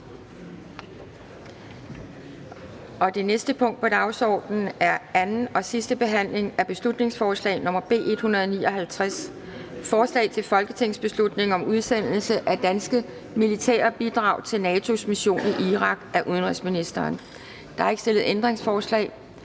--- Det næste punkt på dagsordenen er: 8) 2. (sidste) behandling af beslutningsforslag nr. B 159: Forslag til folketingsbeslutning om udsendelse af danske militære bidrag til NATO’s Mission i Irak. Af udenrigsministeren (Jeppe Kofod). (Fremsættelse